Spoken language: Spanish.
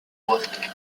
bosque